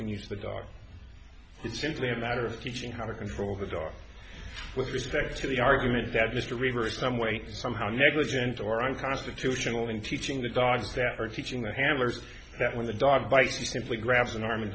can use the dog it's simply a matter of teaching how to control the dog with respect to the argument that mr reversed some way somehow negligent or unconstitutional in teaching the dog staff or teaching the handlers that when the dog bites you simply grabs an arm and